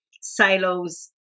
silos